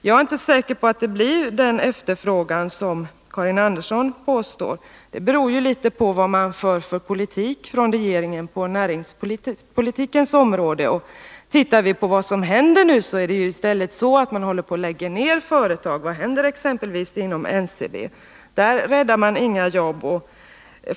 Jag är inte säker på att det blir en sådan efterfrågan som Karin Andersson påstår. Det beror litet på vilken näringspolitik regeringen för. Ser vi på vad som nu händer finner vi att man i stället håller på och lägger ned företag. Vad händer exempelvis inom NCB? Där räddar man inga jobb.